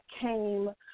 came